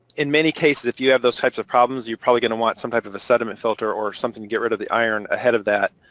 in many cases, if you have those types of problems, you're probably gonna want some type of a sediment filter or something to get rid of the iron ahead of that,